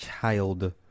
child